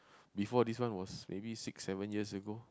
before this one was maybe six seven years ago